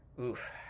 Oof